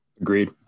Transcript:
Agreed